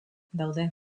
daude